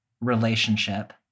relationship